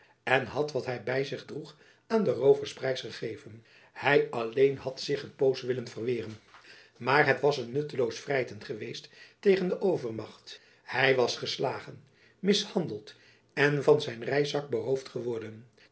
en had wat hy by zich droeg aan de roovers prijs gegeven hy alleen had zich een poos willen verweeren maar het was een nutteloos wrijten geweest tegen de overmacht hy was geslagen mishandeld en van zijn reiszak beroofd geworden